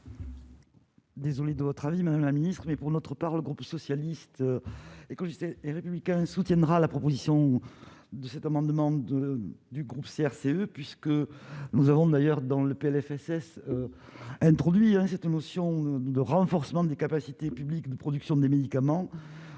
Désolé de votre avis, Madame la Ministre, mais pour notre part, le groupe socialiste et quand j'étais et républicain soutiendra la proposition de cet amendement du groupe CRCE, puisque nous avons d'ailleurs dans le PLFSS introduit cette notion de renforcement des capacités public de production des médicaments,